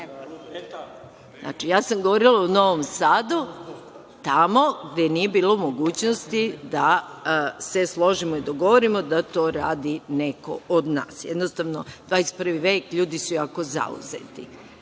Znači, ja sam govorila o Novom Sadu tamo gde nije bilo mogućnosti da se složimo i dogovorimo da to radi neko od nas. Jednostavno, 21 vek, ljudi su jako zauzeti.